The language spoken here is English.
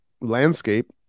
landscape